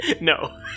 no